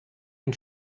den